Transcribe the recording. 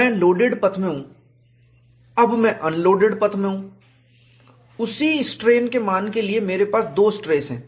मैं लोडेड पथ में हूं जब मैं अनलोडेड पथ में हूं उसी स्ट्रेन के मान के लिए मेरे पास अलग स्ट्रेस है